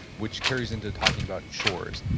which carries into talking about chores.